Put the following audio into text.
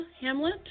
Hamlet